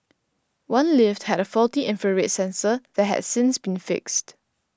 one lift had a faulty infrared sensor that has since been fixed